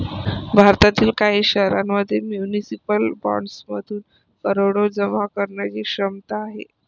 भारतातील काही शहरांमध्ये म्युनिसिपल बॉण्ड्समधून करोडो जमा करण्याची क्षमता आहे